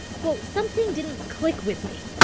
quote, something didn't click with me.